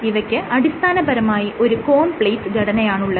ഇവയ്ക്ക് അടിസ്ഥാനപരമായി ഒരു കോൺ പ്ലേറ്റ് ഘടനയാണുള്ളത്